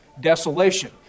desolation